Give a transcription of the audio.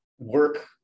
work